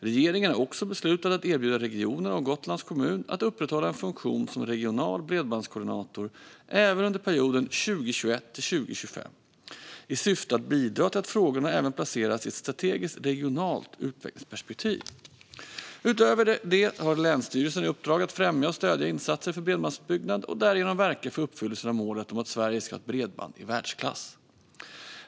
Regeringen har också beslutat att erbjuda regionerna och Gotlands kommun att upprätthålla en funktion som regional bredbandskoordinator även under perioden 2021-2025 i syfte att bidra till att frågorna även placeras i ett strategiskt regionalt utvecklingsperspektiv. Utöver detta har länsstyrelserna i uppdrag att främja och stödja insatser för bredbandsutbyggnad och därigenom verka för uppfyllelsen av målet att Sverige ska ha bredband i världsklass.